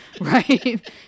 right